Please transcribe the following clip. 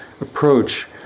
approach